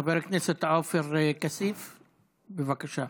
חבר הכנסת עופר כסיף, בבקשה.